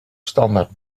standaard